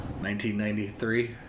1993